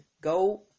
go